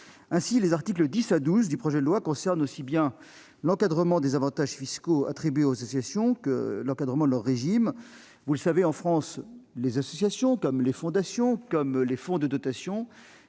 Ainsi, les articles 10 à 12 du projet de loi concernent l'encadrement aussi bien des avantages fiscaux attribués aux associations que de leur régime fiscal. Vous le savez, en France, les associations comme les fondations ou les fonds de dotation